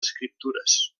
escriptures